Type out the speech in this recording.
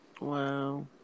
Wow